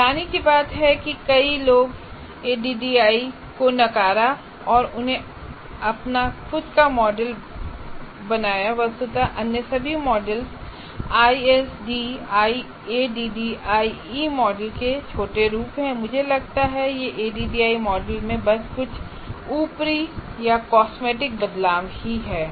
हैरानी की बात है कि कई लोगों ने एडीडीआई को नकारा और उन्होंने अपना खुद का मॉडल बनाया है वस्तुत अन्य सभी मॉडल्स आईएसडी एडीडीआईई मॉडल के छोटे रूप हैं मुझे लगता है कि ये एडीडीआईई मॉडल में बस कुछ ऊपरी कॉस्मेटिक बदलाव ही हैं